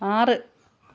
ആറ്